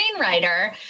screenwriter